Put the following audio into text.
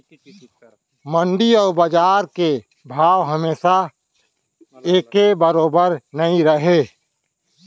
मंडी अउ बजार के भाव हमेसा एके बरोबर नइ रहय